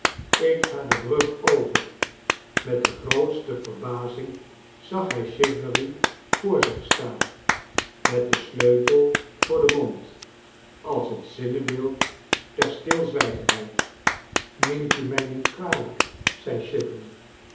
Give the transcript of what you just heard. ik ga de brug over met de grootste verbazing zag hij chivery voor zioh staan met den sleutel voor den mond als het zinnebeeld der stilzwijgendheid j neemti n mij niet kwalijk zei